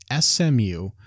SMU